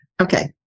okay